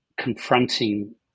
confronting